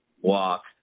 walk